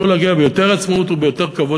להגיע אל מחוז חפצם ביותר עצמאות וביותר כבוד,